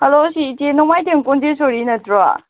hello ꯁꯤ ꯏꯆꯦ ꯅꯣꯡꯃꯥꯏꯊꯦꯝ ꯀꯨꯟꯖꯦꯁꯣꯔꯤ ꯅꯠꯇ꯭ꯔꯣ